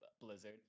blizzard